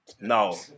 No